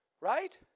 Right